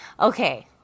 Okay